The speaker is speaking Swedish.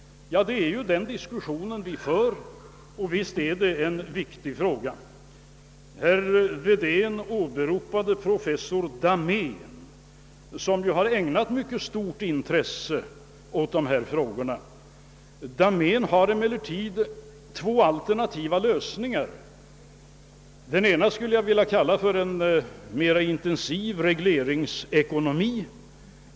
Den diskussionen pågår, och visst är detta en viktig fråga. Herr Wedén åberopar professor Dahmén, som ju har ägnat mycket stort intresse åt dessa frågor. Professor Dahmén har emellertid två alternativa lösningar. Den ena skulle jag vilja kalla en mera intensiv regleringsekonomi.